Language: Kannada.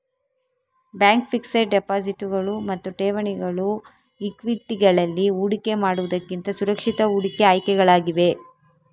ಬ್ಯಾಂಕ್ ಫಿಕ್ಸೆಡ್ ಡೆಪಾಸಿಟುಗಳು ಮತ್ತು ಠೇವಣಿಗಳು ಈಕ್ವಿಟಿಗಳಲ್ಲಿ ಹೂಡಿಕೆ ಮಾಡುವುದಕ್ಕಿಂತ ಸುರಕ್ಷಿತ ಹೂಡಿಕೆ ಆಯ್ಕೆಗಳಾಗಿವೆ